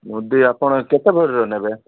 ମୁଦି ଆପଣ କେତେ ଭରିର ନେବେ